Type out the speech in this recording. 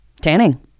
tanning